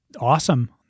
awesome